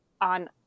on